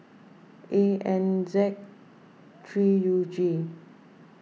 A N Z three U G